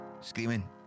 Screaming